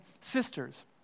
sisters